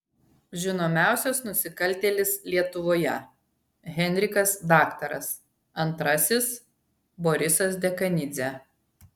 žinomiausias nusikaltėlis lietuvoje henrikas daktaras antrasis borisas dekanidzė